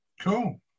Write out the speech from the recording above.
Cool